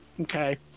Okay